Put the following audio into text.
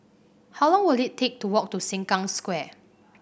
how long will it take to walk to Sengkang Square